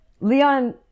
Leon